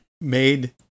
made